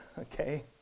okay